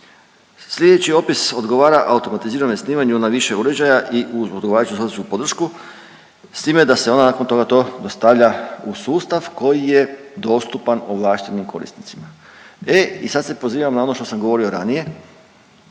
Slijedeći opis odgovara automatiziranom snimanju na više uređaja i uz odgovarajuću …/Govornik se ne razumije./… podršku s time da se onda nakon toga to dostavlja u sustav koji je dostupan ovlaštenim korisnicima. E, i sad se pozivam na ono što sam govorio ranije,